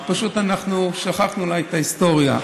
כי פשוט אולי שכחנו את ההיסטוריה.